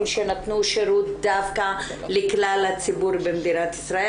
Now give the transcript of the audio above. שנתנו שירות דווקא לכלל הציבור במדינת ישראל,